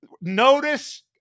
notice